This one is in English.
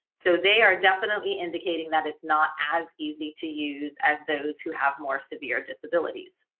so they are definitely indicating that it's not as easy to use as those who have more severe disabilities.